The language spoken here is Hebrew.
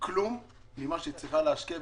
כלום ממה שהיא צריכה להשקיע.